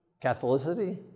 Catholicity